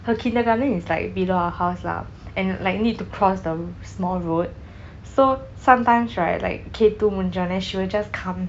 her kindergarten is like below our house lah and like need to cross the small road so sometimes right like K two முடிஞ்சோனே:mudinjonei she will just come